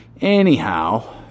anyhow